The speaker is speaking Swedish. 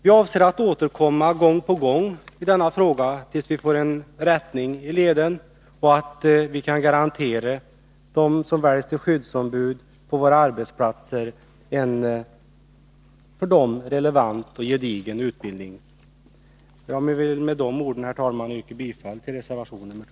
Vi avser att återkomma gång på gång i denna fråga, tills det blir en rättelse och vi kan garantera dem som väljs till skyddsombud på våra arbetsplatser en för dem relevant och gedigen utbildning. Jag vill med de orden, herr talman, yrka bifall till reservation 2.